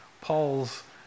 Paul's